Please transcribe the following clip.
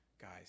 Guys